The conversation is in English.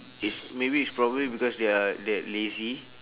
it's maybe is probably because they are that lazy